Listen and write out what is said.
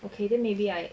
okay then maybe I